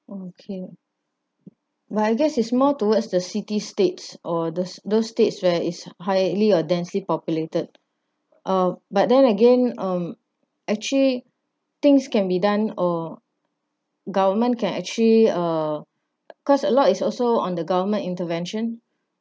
okay but I guess is more towards the city state's or the those states right is highly or densely populated uh but then again um actually things can be done or government can actually uh cause a lot is also on the government intervention